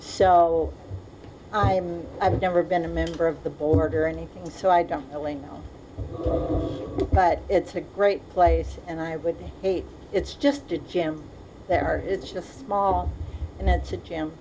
so i've never been a member of the board or anything so i don't really know but it's a great place and i would say it's just a gym there are it's just small and it's a